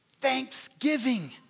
Thanksgiving